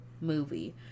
movie